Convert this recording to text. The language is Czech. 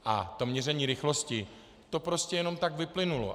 A to měření rychlosti prostě jenom tak vyplynulo.